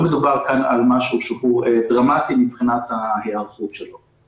לא מדובר כאן על משהו שהוא דרמטי מבחינת ההיערכות שלו.